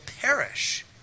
perish